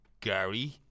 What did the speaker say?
Gary